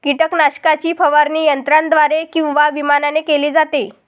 कीटकनाशकाची फवारणी यंत्राद्वारे किंवा विमानाने केली जाते